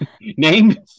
Name